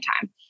time